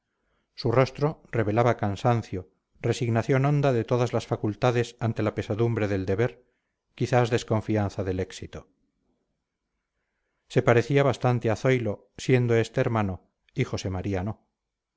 su rostro revelaba cansancio resignación honda de todas las facultades ante la pesadumbre del deber quizás desconfianza del éxito se parecía bastante a zoilo siendo este hermoso y josé maría